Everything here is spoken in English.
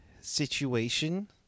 situation